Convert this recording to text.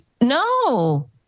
No